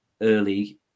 early